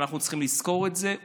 ואנחנו צריכים לזכור את זה,